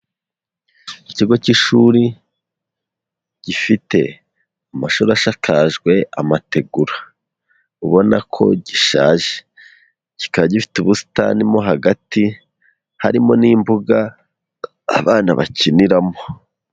Ikigo cy'ishuri gifite amashuri ashakajwe amategura, ubona ko gishaje, kikaba gifite ubusitani mo hagati harimo n'imbuga abana bakiniramo.